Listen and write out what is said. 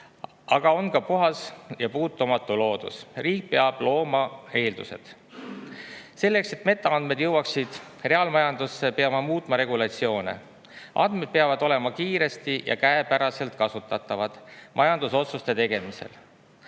aga ka puhas ja puutumatu loodus. Riik peab looma eeldused. Selleks, et metaandmed jõuaksid reaalmajandusse, peame muutma regulatsioone. Andmed peavad olema kiiresti ja käepäraselt kasutatavad majandusotsuste tegemisel.